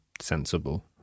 sensible